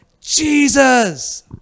Jesus